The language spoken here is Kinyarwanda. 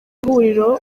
huriro